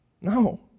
No